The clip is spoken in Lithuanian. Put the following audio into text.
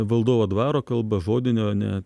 valdovo dvaro kalba žodinio ne